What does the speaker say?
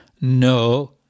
no